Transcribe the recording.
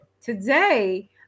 today